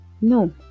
No